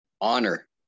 honor